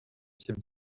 titre